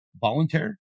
voluntary